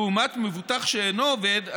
לעומת מבוטח שאינו עובד,